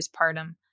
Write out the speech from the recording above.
postpartum